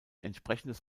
entsprechendes